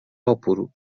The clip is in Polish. opór